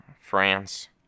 France